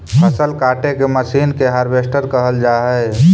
फसल काटे के मशीन के हार्वेस्टर कहल जा हई